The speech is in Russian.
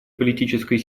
политической